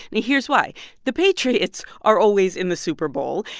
and here's why the patriots are always in the super bowl,